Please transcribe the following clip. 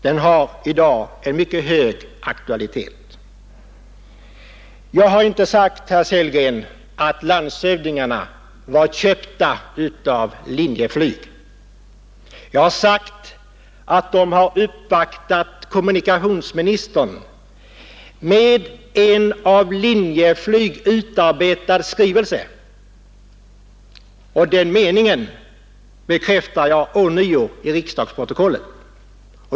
Den har i dag en mycket hög aktualitet. Jag har inte sagt, herr Sellgren, att landshövdingarna var köpta av Linjeflyg. Jag har sagt att de har uppvaktat kommunikationsministern med en av Linjeflyg utarbetad skrivelse, och den meningen bekräftar jag ånyo i riksdagsprotokollet.